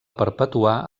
perpetuar